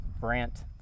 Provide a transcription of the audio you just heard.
Brant